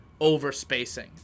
overspacing